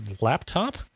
laptop